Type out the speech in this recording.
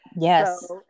yes